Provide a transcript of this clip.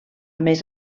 més